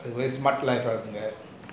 smart life ah